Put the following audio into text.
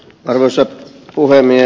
arvoisa puhemies